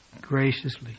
graciously